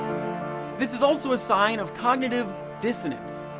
this is also a sign of cognitive dissonance,